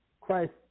Christ